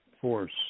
force